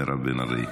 מירב בן ארי.